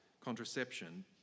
contraception